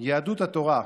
יהדות התורה,